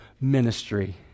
ministry